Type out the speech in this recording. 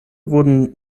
wurden